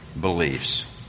beliefs